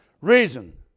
reason